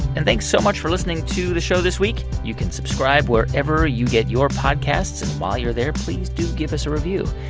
and thanks so much for listening to the show this week. you can subscribe wherever you get your podcasts. and while you're there, please do give us a review.